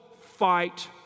fight